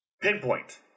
Pinpoint